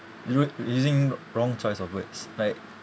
rude using wr~ wrong choice of words like